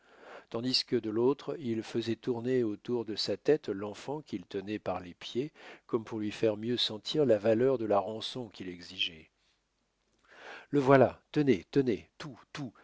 tandis que de l'autre il faisait tourner autour de sa tête l'enfant qu'il tenait par les pieds comme pour lui faire mieux sentir la valeur de la rançon qu'il exigeait le voilà tenez tenez tout